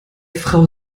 frau